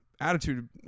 attitude